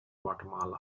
guatemala